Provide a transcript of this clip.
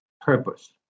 purpose